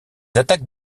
attaques